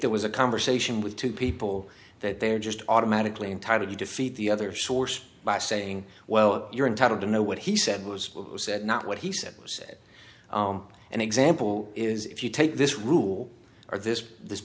there was a conversation with two people that they're just automatically entitled to defeat the other source by saying well you're entitled to know what he said was what was said not what he said was said and example is if you take this rule or this this